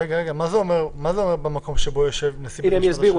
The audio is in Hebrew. מה זה אומר "במקום שבו יושב נשיא בית משפט השלום"?